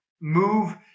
move